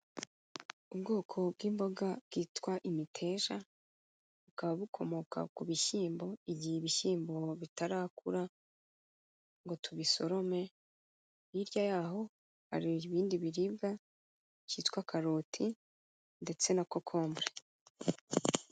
Ubwoko bw'imboga bwitwa imiteja, bukaba bukomoka ku bishyimbo, igihe ibishyimbo bitarakura ngo tubisorome, hirya yaho hari ibindi biribwa, byitwa karoti, ndetse na kokombure.